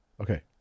Okay